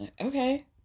okay